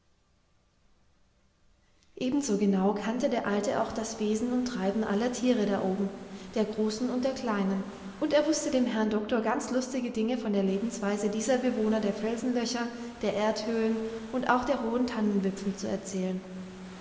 ebenso genau kannte der alte auch das wesen und treiben aller tiere da oben der großen und der kleinen und er wußte dem herrn doktor ganz lustige dinge von der lebensweise dieser bewohner der felsenlöcher der erdhöhlen und auch der hohen tannenwipfel zu erzählen